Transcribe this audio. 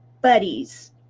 buddies